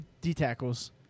D-tackles